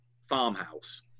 farmhouse